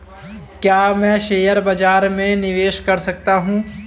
क्या मैं शेयर बाज़ार में निवेश कर सकता हूँ?